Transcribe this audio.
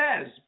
says